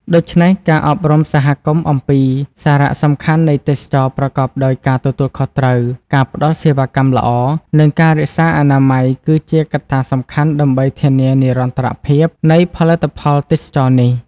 ដូច្នេះ ការអប់រំសហគមន៍អំពីសារៈសំខាន់នៃទេសចរណ៍ប្រកបដោយការទទួលខុសត្រូវ ការផ្ដល់សេវាកម្មល្អ និងការរក្សាអនាម័យគឺជាកត្តាសំខាន់ដើម្បីធានានិរន្តរភាពនៃផលិតផលទេសចរណ៍នេះ។